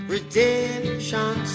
Redemption